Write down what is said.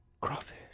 Crawfish